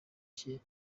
cye